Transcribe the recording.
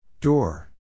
Door